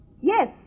Yes